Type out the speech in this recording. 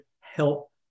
help